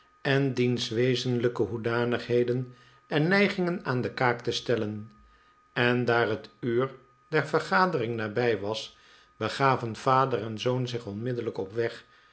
en diens wezenlijke hoedanigheden en neigingen aan de kaak te stellen en daar het'uur der vergadering nabij was begaven vader en zoon zich onmiddellijk op weg